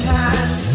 hand